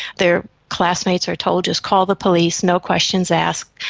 their classmates are told just call the police, no questions asked,